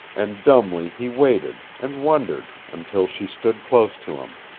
and dumbly he waited, and wondered, until she stood close to him.